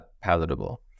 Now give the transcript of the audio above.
palatable